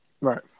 right